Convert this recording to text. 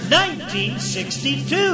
1962